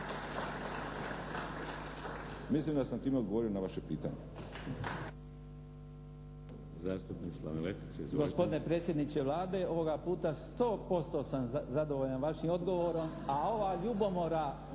Mislim da sam time odgovorio na vaše pitanje.